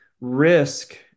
risk